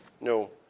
No